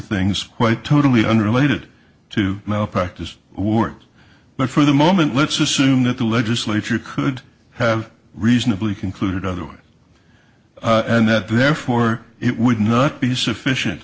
things quite totally unrelated to malpractise awards but for the moment let's assume that the legislature could have reasonably concluded otherwise and that therefore it would not be sufficient